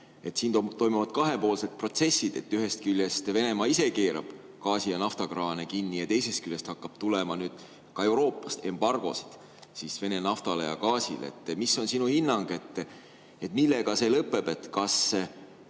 Siin toimuvad kahepoolsed protsessid. Ühest küljest keerab Venemaa ise gaasi‑ ja naftakraane kinni ja teisest küljest hakkab tulema ka Euroopast embargosid Vene naftale ja gaasile. Mis on sinu hinnang, millega see lõpeb? Kas